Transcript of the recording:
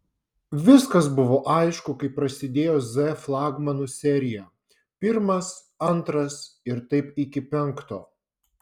viskas buvo aišku kai prasidėjo z flagmanų serija pirmas antras ir taip iki penkto